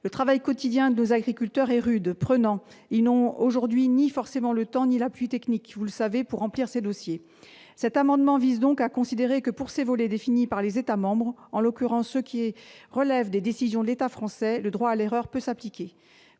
Le travail quotidien de nos agriculteurs est rude, prenant. Vous le savez, ils n'ont aujourd'hui ni forcément le temps ni l'appui technique pour remplir ces dossiers. Cet amendement vise donc à considérer que, pour ces volets définis par les États membres, en l'occurrence ceux qui relèvent des décisions de l'État français, le droit à l'erreur peut s'appliquer.